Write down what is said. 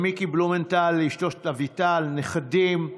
מיקי בלומנטל, אשתו אביטל, נכדים,